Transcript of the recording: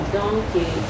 donkey